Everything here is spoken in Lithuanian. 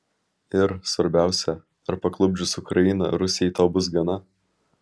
ir svarbiausia ar parklupdžius ukrainą rusijai to bus gana